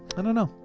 i don't know.